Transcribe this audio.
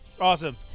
Awesome